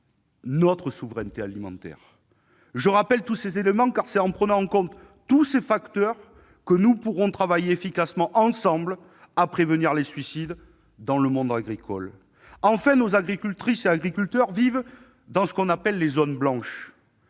notre souveraineté alimentaires. Je rappelle ces éléments, car c'est en les prenant tous en compte que nous pourrons travailler efficacement ensemble à prévenir les suicides dans le monde agricole. Enfin, nos agricultrices et agriculteurs vivent dans ce que l'on appelle les zones blanches.